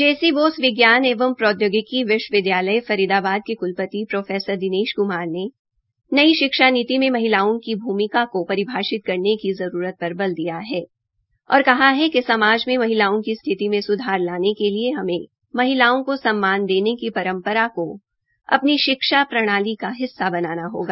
जेसी बोस विज्ञान एवं प्रौद्योगिकी विश्वविद्यालय वाईएमसीए फरीदाबाद के क्लपति प्रो दिनेश कुमार ने नई शिक्षा नीति में महिलाओं की भूमिका को परिभाषित करने की आवश्यकता पर बल दिया है और कहा है कि समाज में महिलाओं की स्थिति में सुधार लाने के लिए हमें महिलाओं को सम्मान देने की परंपरा को अपनी शिक्षा प्रणाली का हिस्सा बनाना होगा